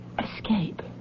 escape